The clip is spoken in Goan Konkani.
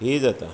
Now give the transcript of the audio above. ही जाता